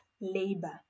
labor